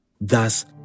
Thus